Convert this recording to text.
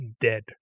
dead